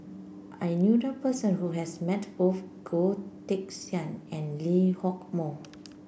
I knew a person who has met both Goh Teck Sian and Lee Hock Moh